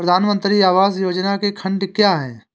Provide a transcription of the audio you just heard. प्रधानमंत्री आवास योजना के खंड क्या हैं?